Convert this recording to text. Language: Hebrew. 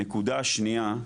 הנקודה השנייה,